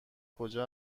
کجا